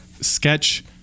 sketch